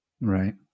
Right